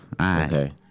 Okay